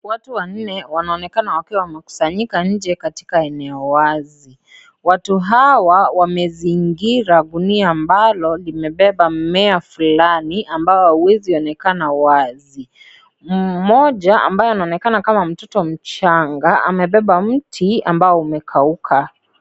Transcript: Watu wanne wanaonekana wakiwa wamekusanyika nje katika eneo wazi. Watu hawa wamezingira gunia ambalo limebeba mmea fulani ambao huwezi onekana wazi. Mmoja ambaye anayeonekana kama mtoto mchanga amebeba mti ambao umekauka.